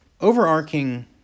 overarching